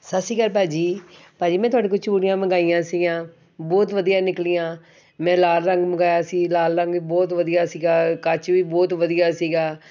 ਸਤਿ ਸ਼੍ਰੀ ਅਕਾਲ ਭਾਅ ਜੀ ਭਾਅ ਜੀ ਮੈਂ ਤੁਹਾਡੇ ਕੋਲ ਚੂੜੀਆਂ ਮੰਗਾਈਆਂ ਸੀਆਂ ਬਹੁਤ ਵਧੀਆ ਨਿਕਲੀਆਂ ਮੈਂ ਲਾਲ ਰੰਗ ਮੰਗਾਇਆ ਸੀ ਲਾਲ ਰੰਗ ਬਹੁਤ ਵਧੀਆ ਸੀਗਾ ਕੱਚ ਵੀ ਬਹੁਤ ਵਧੀਆ ਸੀਗਾ